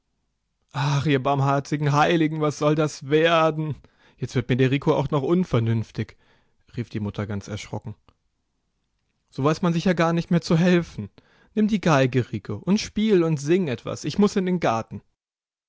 ihr barmherzigen heiligen was soll das werden jetzt wird mir der rico auch noch unvernünftig rief die mutter ganz erschrocken so weiß man sich ja gar nicht mehr zu helfen nimm die geige rico und spiel und sing etwas ich muß in den garten